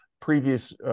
previous